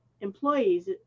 employees